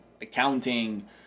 accounting